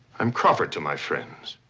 i'm crawford to my friends.